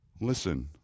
Listen